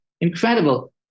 Incredible